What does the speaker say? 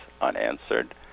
unanswered